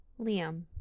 Liam